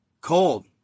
cold